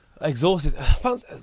Exhausted